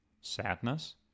Sadness